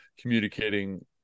communicating